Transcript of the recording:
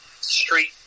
street